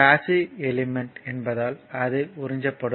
passive element என்பதால் அது உறிஞ்சப்படும்